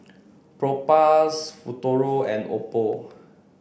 Propass Futuro and Oppo